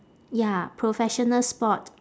ya professional sport